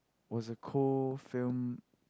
was a cold film